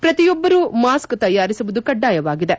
ಪ್ರತಿಯೊಬ್ಬರೂ ಮಾಸ್ಕ್ ಧರಿಸುವುದು ಕಡ್ಡಾಯವಾಗಿದೆ